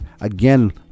again